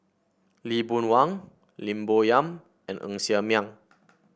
Lee Boon Wang Lim Bo Yam and Ng Ser Miang